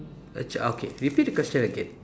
a ch~ uh okay repeat the question again